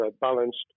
balanced